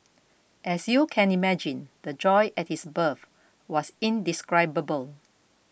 as you can imagine the joy at his birth was indescribable